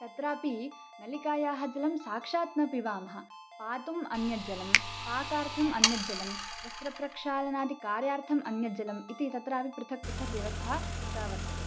तत्रापि नलिकायाः जलं साक्षात् न पिबामः पातुम् अन्यज्जलं पाकार्थम् अन्यज्जलं वस्त्रप्रक्षालनादिकार्यार्थम् अन्यज्जलम् इति तत्रापि पृथक् पृथक् व्यवस्था कृता वर्तते